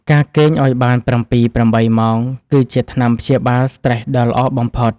ការគេងឱ្យបាន ៧-៨ ម៉ោង គឺជាថ្នាំព្យាបាលស្ត្រេសដ៏ល្អបំផុត។